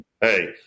hey